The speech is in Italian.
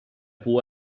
può